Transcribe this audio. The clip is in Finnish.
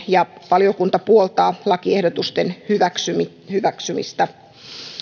ja valiokunta puoltaa lakiehdotusten hyväksymistä